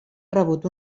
rebut